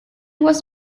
was